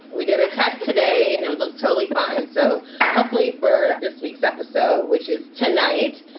we did a test today and it looks totally fine. so hopefully for this week's episode, which is tonight,